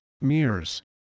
mirrors